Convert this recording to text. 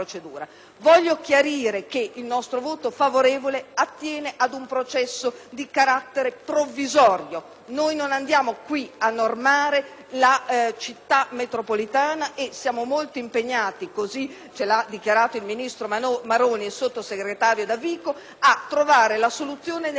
Voglio chiarire che il nostro voto favorevole attiene ad un processo di carattere provvisorio: non andiamo qui a normare la città metropolitana e siamo molto impegnati - questo hanno dichiarato il ministro Maroni e il sottosegretario Davico - a trovare una soluzione nella Carta delle autonomie